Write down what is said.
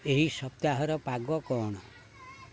ଏହି ସପ୍ତାହର ପାଗ କ'ଣ